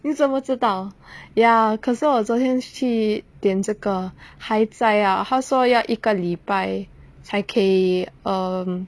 你怎么知道 ya 可是我昨天去点这个还在 ah 他说要一个礼拜才可以 um